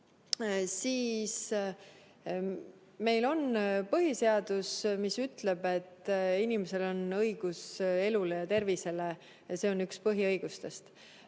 Meil on põhiseadus, mis ütleb, et inimesel on õigus elule ja tervisele. See on üks põhiõigustest.